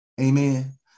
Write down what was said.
Amen